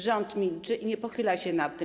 Rząd milczy i nie pochyla się nad tym.